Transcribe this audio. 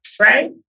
right